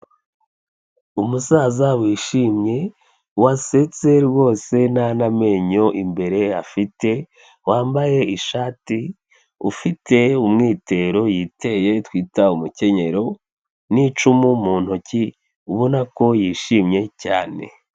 Umusaza wishimye, wasetse rwose nta n'amenyo imbere afite, wambaye ishati, ufite umwitero yiteye twita umukenyero n'icumu mu ntoki, ubona ko yishimye cyane.